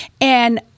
and-